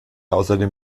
außerdem